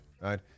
right